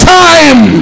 time